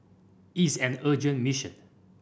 is an urgent mission